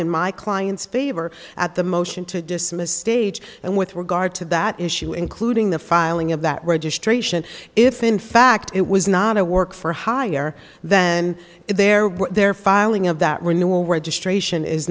in my client's favor at the motion to dismiss stage and with regard to that issue including the filing of that registration if in fact it was not a work for hire then if there were there filing of that renewal registration is